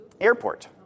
airport